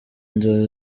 inzozi